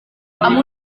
amb